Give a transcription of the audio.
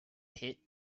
pit